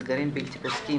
אתגרים בלתי פוסקים.